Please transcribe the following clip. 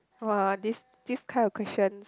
!wah! this this kind of questions